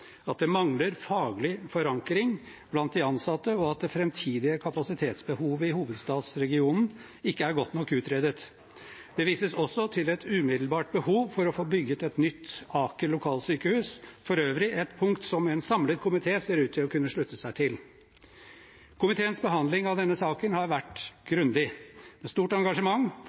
at det mangler faglig forankring blant de ansatte, og at det framtidige kapasitetsbehovet i hovedstadsregionen ikke er godt nok utredet. Det vises også til et umiddelbart behov for å få bygget et nytt Aker lokalsykehus, for øvrig et punkt som en samlet komité ser ut til å kunne slutte seg til. Komiteens behandling av denne saken har vært grundig, med stort engasjement,